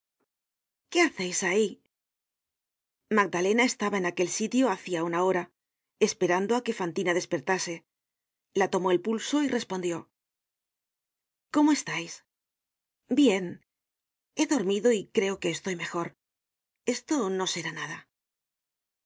qué haceis ahí magdalena estaba en aquel sitio hacia una hora esperando á que fantina despertase la tomó el pulso y respondió cómo estais bien he dormido y creo que estoy mejor esto no será nada